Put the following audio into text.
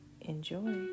Enjoy